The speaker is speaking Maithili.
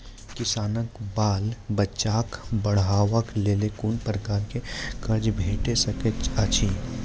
किसानक बाल बच्चाक पढ़वाक लेल कून प्रकारक कर्ज भेट सकैत अछि?